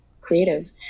creative